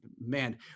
man